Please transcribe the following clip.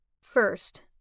First